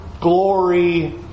glory